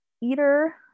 eater